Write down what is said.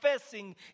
facing